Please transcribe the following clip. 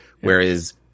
Whereas